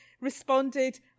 responded